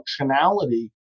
functionality